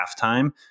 halftime